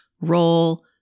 role